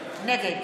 נגד